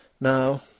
Now